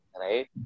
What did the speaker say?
right